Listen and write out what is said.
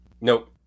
Nope